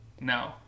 No